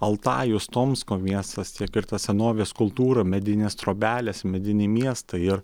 altajus tomsko miestas tiek ir ta senovės kultūra medinės trobelės mediniai miestai ir